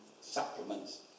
supplements